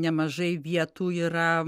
nemažai vietų yra